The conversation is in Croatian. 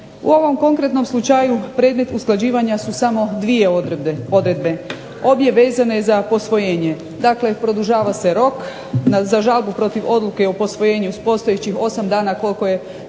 U ovom konkretnom slučaju predmet usklađivanja su samo dvije odredbe, obje vezane za posvojenje. Dakle, produžava se rok za žalbu protiv odluke o posvojenju s postojećih 8 dana koliko je